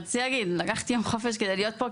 אני רציתי להגיד שלקחתי יום חופש כדי להיות פה,